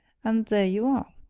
and there you are!